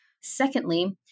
Secondly